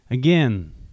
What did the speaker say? Again